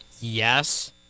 Yes